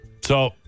So-